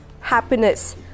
happiness